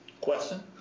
Question